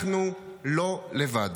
אנחנו לא לבד.